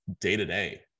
day-to-day